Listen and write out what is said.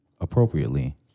appropriately